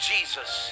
Jesus